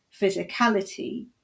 physicality